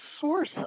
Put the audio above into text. source